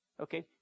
Okay